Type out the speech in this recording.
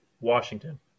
Washington